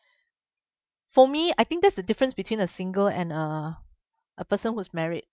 for me I think that's the difference between a single and a a person who's married